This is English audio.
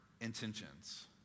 intentions